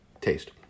taste